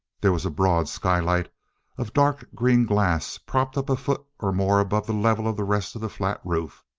there was a broad skylight of dark green glass propped up a foot or more above the level of the rest of the flat roof.